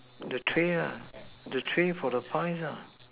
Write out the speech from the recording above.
the tray ah the tray for the price ah